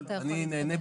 אתה יכול להתקדם.